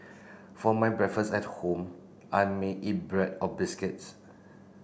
for my breakfast at home I may eat bread or biscuits